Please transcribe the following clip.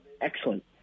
excellent